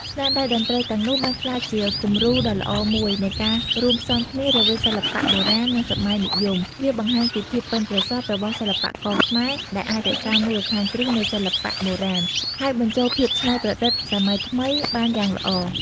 ស្នាដៃតន្ត្រីទាំងនោះបានក្លាយជា គំរូដ៏ល្អមួយនៃការរួមផ្សំគ្នារវាងសិល្បៈបុរាណ និងសម័យនិយម វាបង្ហាញពីភាពប៉ិនប្រសប់របស់សិល្បករខ្មែរ ដែលអាចរក្សាមូលដ្ឋានគ្រឹះនៃសិល្បៈបុរាណ ហើយបញ្ចូលភាពច្នៃប្រឌិតសម័យថ្មីបានយ៉ាងល្អ។